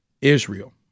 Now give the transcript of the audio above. Israel